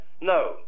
no